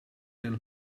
del